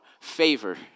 favor